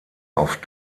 auf